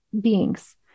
beings